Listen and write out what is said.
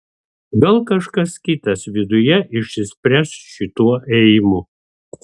gal kažkas kitas viduje išsispręs šituo ėjimu